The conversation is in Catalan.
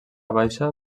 baixa